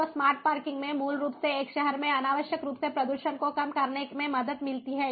तो smart parking में मूल रूप से एक शहर में अनावश्यक रूप से प्रदूषण को कम करने में मदद मिलती है